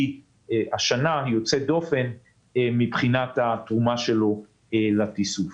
לשנה יוצאת דופן מבחינת התרומה שלה לתיסוף.